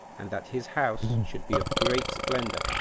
and that his house should be of great splendor,